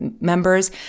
members